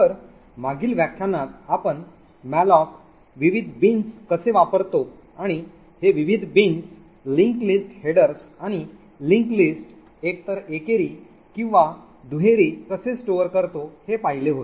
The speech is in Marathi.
तर मागील व्याख्यानात आपण malloc विविध बीन्स कसे वापरतो आणि हे विविध बीन्स linked lists headers आणि link list एकतर एकेरी किंवा दुहेरी कसे स्टोर करतो हे पाहिले होते